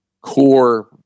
core